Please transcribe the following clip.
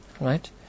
right